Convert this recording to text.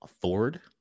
Ford